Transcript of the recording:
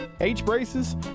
H-braces